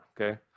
okay